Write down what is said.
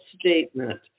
statement